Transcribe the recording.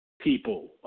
people